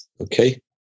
Okay